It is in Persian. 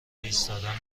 ایستادن